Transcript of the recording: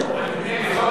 המבנה,